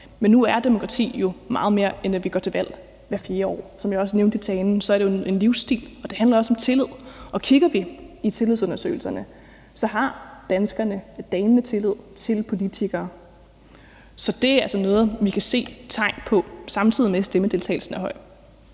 men nu er demokrati jo meget mere, end at vi går til valg hvert fjerde år. Som jeg også nævnte i talen, er det en livsstil, og det handler også om tillid, og kigger vi i tillidsundersøgelserne, kan vi se, at danskerne har en dalende tillid til politikere. Så det er altså noget, vi kan se tegn på, samtidig med at stemmedeltagelsen er høj.